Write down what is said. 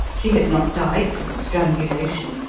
she had not died through strangulation,